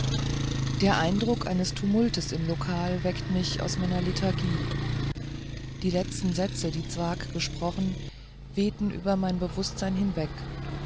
der eindruck eines tumultes im lokal weckte mich aus meiner lethargie die letzten sätze die zwakh gesprochen wehten über mein bewußtsein hinweg